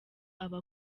aba